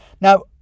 Now